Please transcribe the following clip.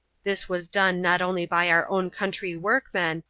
this was done not only by our own country workmen,